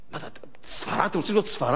ספרד?